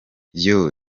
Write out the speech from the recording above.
yoooo